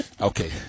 okay